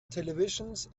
televisions